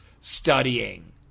studying